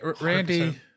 Randy